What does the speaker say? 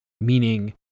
meaning